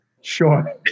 Sure